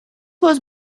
was